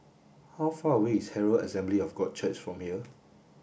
how far away is Herald Assembly of God Church from here